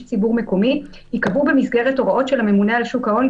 ציבור מקומי ייקבעו במסגרת הוראות של הממונה על שוק ההון,